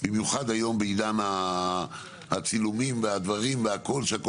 במיוחד היום בעידן הצילומים והדברים והכל שהכל